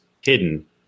hidden